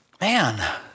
Man